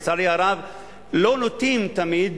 לא נוטה תמיד